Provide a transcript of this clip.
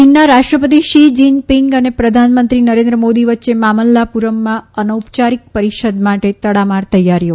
ચીનના રાષ્ટ્રપતિ Xi Jinping અને પ્રધાનમંત્રી નરેન્દ્ર મોદી વચ્ચે મામલ્લાપુરમમાં અનૌપયારિક પરિષદ માટે તડામાર તૈયારીઓ